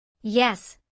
Yes